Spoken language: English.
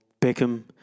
Beckham